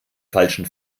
falschen